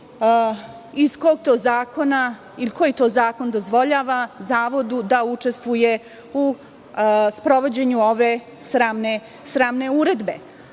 iz kog to zakona, ili koji to zakon dozvoljava Zavodu da učestvuje u sprovođenju ove sramne uredbe.